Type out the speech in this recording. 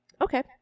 Okay